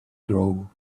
grow